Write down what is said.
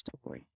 story